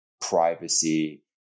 privacy